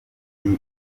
jody